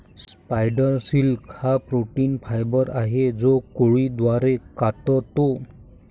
spider silk हा protein fibre आहे जो कोळी द्वारे काततो